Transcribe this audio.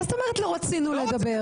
מה זאת אומרת לא רצינו לדבר?